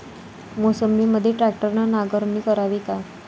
मोसंबीमंदी ट्रॅक्टरने नांगरणी करावी का?